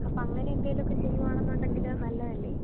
അപ്പോള് അങ്ങനെയെന്തെങ്കിലുമൊക്കെ ചെയ്യുകയാണെന്നുണ്ടെങ്കില് നല്ലതല്ലേ